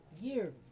year